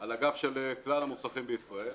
על הגב של כלל המוסכים בישראל.